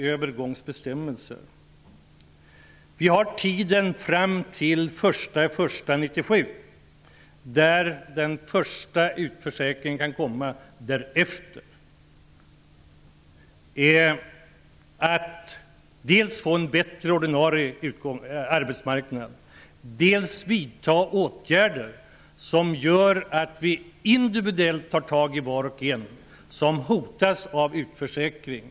Först efter den 1 januari 1997 kan det bli aktuellt med utförsäkring. Syftet är dels att få en bättre arbetsmarknad, dels att vidta åtgärder individuellt för var och en som hotas av utförsäkring.